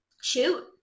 Shoot